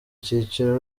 icyiciro